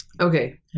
okay